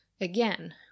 Again